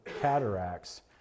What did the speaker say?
cataracts